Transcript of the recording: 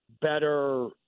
better